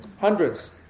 Hundreds